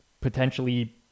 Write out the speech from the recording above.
potentially